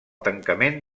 tancament